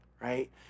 right